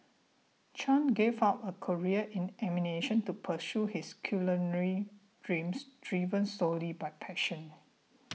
Chan gave up a career in animation to pursue his culinary dreams driven solely by passion